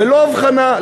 ללא הבחנה,